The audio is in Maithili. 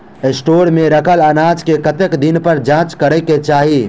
स्टोर मे रखल अनाज केँ कतेक दिन पर जाँच करै केँ चाहि?